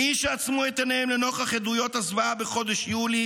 מי שעצמו את עיניהם לנוכח עדויות הזוועה בחודש יולי